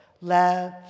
Love